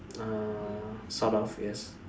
uh sort of yes